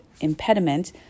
impediment